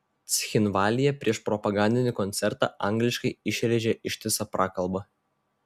cchinvalyje prieš propagandinį koncertą angliškai išrėžė ištisą prakalbą